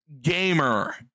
gamer